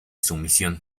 sumisión